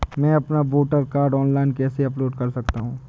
मैं अपना voter card online कैसे अपलोड कर सकता हूँ?